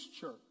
church